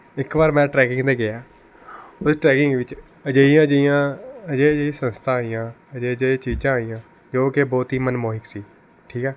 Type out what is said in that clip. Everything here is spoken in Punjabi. ਇੱਕ ਵਾਰ ਮੈਂ ਟ੍ਰੈਕਿੰਗ 'ਤੇ ਗਿਆ ਉਸ ਟ੍ਰੈਕਿੰਗ ਵਿੱਚ ਅਜਿਹੀਆਂ ਅਜਿਹੀਆਂ ਅਜਿਹੇ ਅਜਿਹੇ ਸੰਸਥਾ ਆਈਆਂ ਅਜਿਹੇ ਅਜਿਹੇ ਚੀਜ਼ਾਂ ਆਈਆਂ ਜੋ ਕਿ ਬਹੁਤ ਹੀ ਮਨਮੋਹਿਕ ਸੀ ਠੀਕ ਹੈ